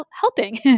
helping